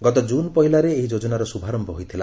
ଗତ କ୍ଜୁନ ପହିଲାରେ ଏହି ଯୋଜନାର ଶୁଭାରମ୍ଭ ହୋଇଥିଲା